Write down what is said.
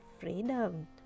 freedom